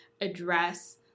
address